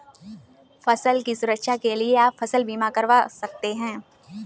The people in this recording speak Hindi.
फसल की सुरक्षा के लिए आप फसल बीमा करवा सकते है